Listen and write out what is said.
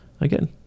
again